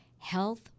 health